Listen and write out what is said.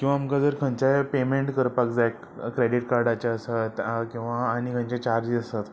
किंवां आमकां जर खंयच्याय पेमेंट करपाक जाय क्रेडीट कार्डाचे आसत किंवां आनी खंयचे चार्जीस आसत